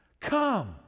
come